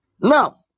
Now